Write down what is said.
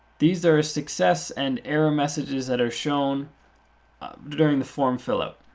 these are a success and error messages that are shown during the form fill out.